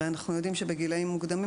הרי אנחנו יודעים שבגילאים מוקדמים